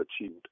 achieved